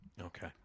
Okay